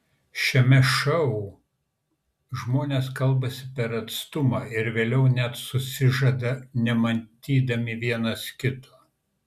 šiame šou žmonės kalbasi per atstumą ir vėliau net susižada nematydami vienas kito